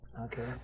okay